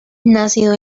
nacido